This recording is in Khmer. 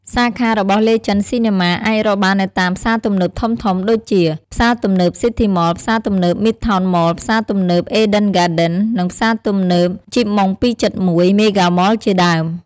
សាខារបស់ លេជេន ស៊ីនីម៉ា អាចរកបាននៅតាមផ្សារទំនើបធំៗដូចជា ផ្សារទំនើប ស៊ីធីម៉ល, ផ្សារទំនើប មីដថោន ម៉ល, ផ្សារទំនើប អេដេន ហ្គាដិន, និង ផ្សារទំនេីប ជីបម៉ុង ពីរ ចិតមួយ (271) មេហ្គាម៉ល ជាដើម។